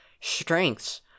strengths